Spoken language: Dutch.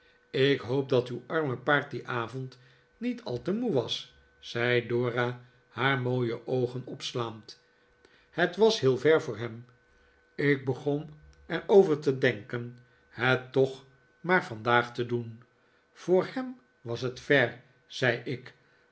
ik hoop dat uw arme paard dien avond niet al te moe was zei dora haar mooie oogen opslaand het was heel ver voor hem ik begon er over te denken het toch maar vandaag te doen voor hem was het ver zei ik